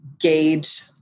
gauge